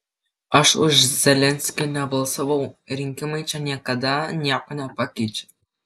aš už zelenskį nebalsavau rinkimai čia niekada nieko nepakeičia